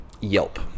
yelp